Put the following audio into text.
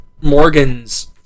Morgan's